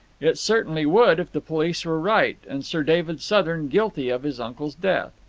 it certainly would, if the police were right, and sir david southern guilty of his uncle's death.